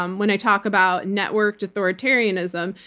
um when i talk about networked authoritarianism,